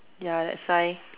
ya that's why